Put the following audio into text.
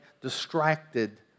distracted